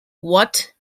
what